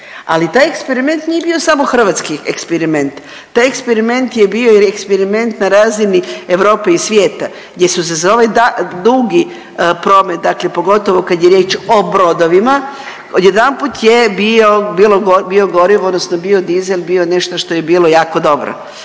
ali taj eksperiment nije bio samo hrvatski eksperiment. Taj eksperiment je bio i eksperiment na razini Europe i svijeta gdje su se za ovaj dugi promet, dakle pogotovo kad je riječ o brodovima odjedanput je biogorivo odnosno biodizel bilo nešto što je bilo jako dobro.